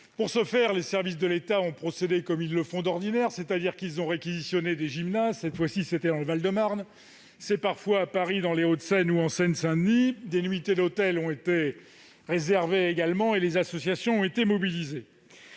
Pour ce faire, les services de l'État ont procédé comme ils le font d'ordinaire : ils ont réquisitionné des gymnases- cette fois, c'était dans le Val-de-Marne, mais c'est parfois à Paris, dans les Hauts-de-Seine ou en Seine-Saint-Denis -, des nuitées d'hôtel ont été réservées et les associations ont été mobilisées.